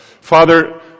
Father